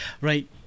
Right